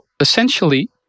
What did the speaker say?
essentially